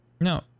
No